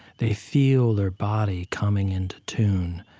they feel their body coming into tune,